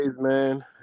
man